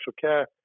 care